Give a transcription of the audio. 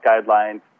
guidelines